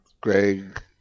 Greg